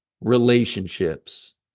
Relationships